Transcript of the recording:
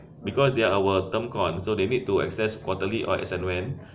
because they are our term con~ so they need to access quarterly or as and when